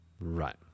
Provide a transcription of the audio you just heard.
Right